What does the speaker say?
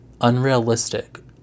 unrealistic